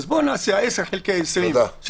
נעשה 10 חלקי 20,